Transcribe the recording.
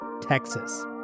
Texas